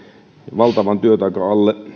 valtavan työtaakan alle